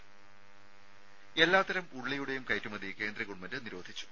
രുമ എല്ലാത്തരം ഉള്ളിയുടെയും കയറ്റുമതി കേന്ദ്ര ഗവൺമെന്റ് നിരോധിച്ചു